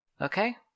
Okay